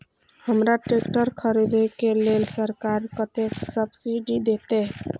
हमरा ट्रैक्टर खरदे के लेल सरकार कतेक सब्सीडी देते?